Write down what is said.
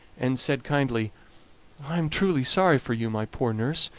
and said kindly i am truly sorry for you, my poor nurse,